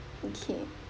okay